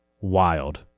wild